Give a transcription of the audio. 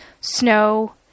snow